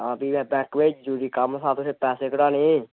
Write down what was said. हां फ्ही मै बैंक बिच्च जरूरी कम्म हा तुसें पैसे कढाने हे